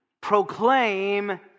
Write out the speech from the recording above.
proclaim